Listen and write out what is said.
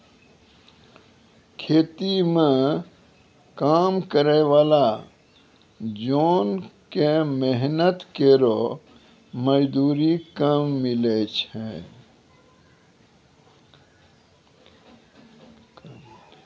खेती म काम करै वाला जोन क मेहनत केरो मजदूरी कम मिलै छै